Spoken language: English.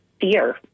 fear